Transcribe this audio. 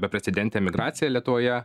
beprecedentė emigracija lietuvoje